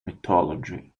mythology